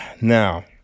now